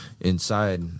inside